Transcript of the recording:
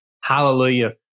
Hallelujah